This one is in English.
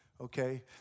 Okay